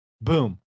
Boom